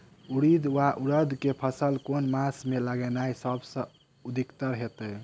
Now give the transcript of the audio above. उड़ीद वा उड़द केँ फसल केँ मास मे लगेनाय सब सऽ उकीतगर हेतै?